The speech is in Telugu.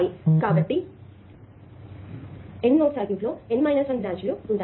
కాబట్టి N నోడ్ సర్క్యూట్లో N 1 బ్రాంచ్ లు ఉంటాయి